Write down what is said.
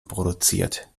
produziert